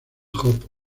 hope